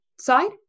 side